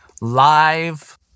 live